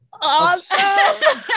Awesome